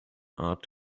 art